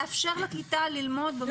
לאפשר לכיתה ללמוד.